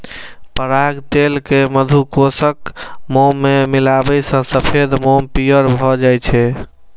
पराग तेल कें मधुकोशक मोम मे मिलाबै सं सफेद मोम पीयर भए जाइ छै